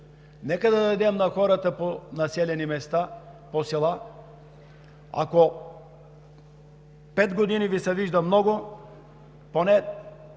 Нека да дадем на хората по населени места, по села. Ако пет години Ви се виждат много, поне